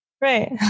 Right